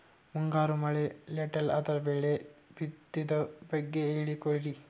ಮುಂಗಾರು ಮಳೆ ಲೇಟ್ ಅದರ ಬೆಳೆ ಬಿತದು ಬಗ್ಗೆ ಹೇಳಿ ಕೊಡಿ?